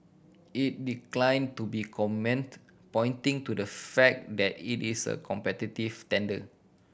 it declined to be comment pointing to the fact that it is a competitive tender